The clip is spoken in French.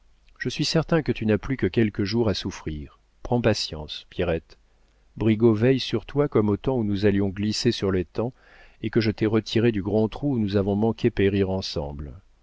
je suis certain que tu n'as plus que quelques jours à souffrir prends patience pierrette brigaut veille sur toi comme au temps où nous allions glisser sur l'étang et que je t'ai retirée du grand trou où nous avons manqué périr ensemble